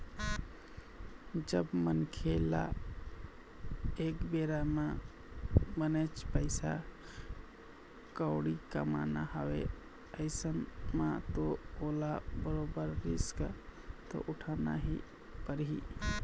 जब मनखे ल एक बेरा म बनेच पइसा कउड़ी कमाना हवय अइसन म तो ओला बरोबर रिस्क तो उठाना ही परही